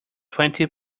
twenty